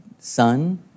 Son